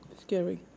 scary